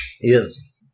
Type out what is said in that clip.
Yes